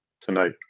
tonight